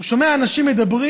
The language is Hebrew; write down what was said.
הוא שומע אנשים מדברים: